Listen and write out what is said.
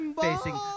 facing